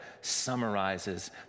summarizes